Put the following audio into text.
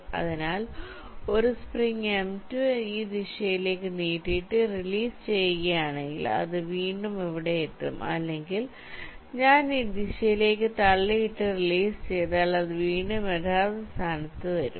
അതിനാൽ ഒരു spring m2 ഈ ദിശയിലേക്ക് നീട്ടിയിട്ട് റിലീസ് ചെയ്യുകയാണെങ്കിൽ അത് വീണ്ടും ഇവിടെയെത്തും അല്ലെങ്കിൽ ഞാൻ ഈ ദിശയിലേക്ക് തള്ളിയിട്ടു റിലീസ് ചെയ്താൽ അത് വീണ്ടും യഥാർത്ഥ സ്ഥാനത്ത് വരും